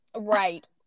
Right